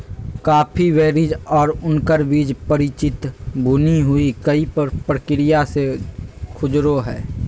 coffee berries और उनकर बीज परिचित भुनी हुई कई प्रक्रिया से गुजरो हइ